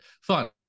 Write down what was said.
fun